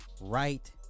right